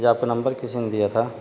ج آپ نے نمبر کسیم دیا تھا